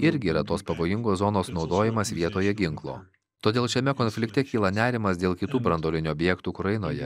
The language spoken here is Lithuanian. irgi yra tos pavojingos zonos naudojimas vietoje ginklo todėl šiame konflikte kyla nerimas dėl kitų branduolinių objektų ukrainoje